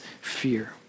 fear